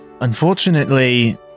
Unfortunately